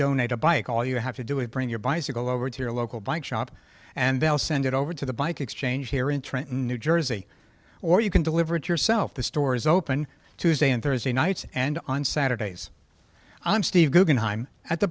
donate a bike all you have to do is bring your bicycle over to your local bike shop and they'll send it over to the bike exchange here in trenton new jersey or you can deliver it yourself the store is open tuesday and thursday nights and on saturdays i'm steve